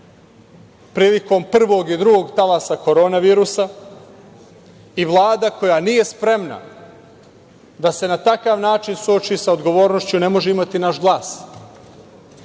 prilikom prvog i drugog talasa korona virusa. Vlada koja nije spremna da se na takav način suči sa odgovornošću ne može imati naš glas. Mi